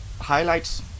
highlights